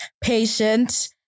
patient